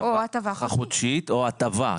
הטבה חודשית או הטבה,